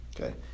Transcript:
okay